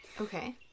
okay